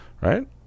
right